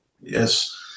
Yes